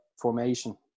formation